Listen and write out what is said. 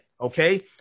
Okay